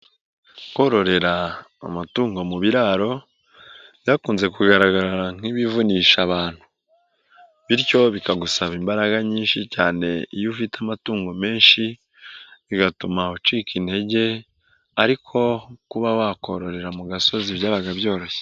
Kororera amatungo mu biraro byakunze kugaragara nk'ibivunisha abantu, bityo bikagusaba imbaraga nyinshi cyane iyo ufite amatungo menshi, bigatuma ucika intege, ariko kuba wakororera mu gasozi byabaga byoroshye.